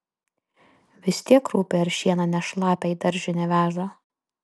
vis tiek rūpi ar šieną ne šlapią į daržinę veža